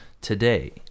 Today